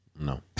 No